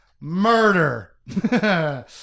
murder